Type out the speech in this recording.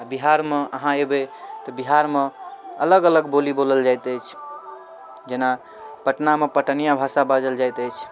बिहार मऽ अहाँ एबै त बिहारमे अलग अलग बोली बोलल जाइत अछि जेना पटनामे पटनियाँ भाषा बाजल जाइत अछि